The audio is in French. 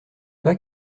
pas